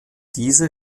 diese